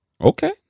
Okay